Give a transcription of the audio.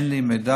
אין לי מידע,